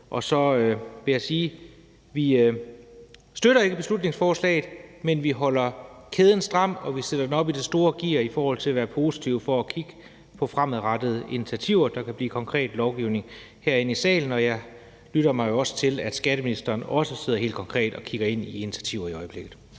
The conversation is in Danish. Så skal jeg sige, at vi ikke støtter beslutningsforslaget, men vi holder kæden stram, og vi sætter cyklen op i det høje gear i forhold til at være positive med hensyn til fremadrettede initiativer, der kan blive konkret lovgivning herinde i salen. Og jeg lytter mig til, at skatteministeren også konkret kigger ind i initiativer i øjeblikket.